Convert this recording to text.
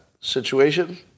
situation